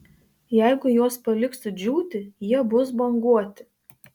jeigu juos paliksiu džiūti jie bus banguoti